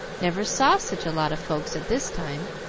never saw such a lot of folks at this time.